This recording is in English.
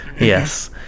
Yes